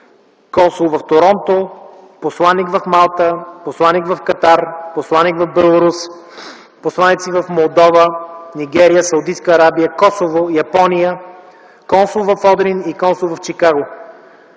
консул в Торонто, посланик в Малта, посланик в Катар, посланик в Беларус, посланици в Молдова, Нигерия, Саудитска Арабия, Косово и Япония, консул в Одрин и консул в Чикаго.